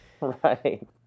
Right